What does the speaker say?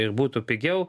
ir būtų pigiau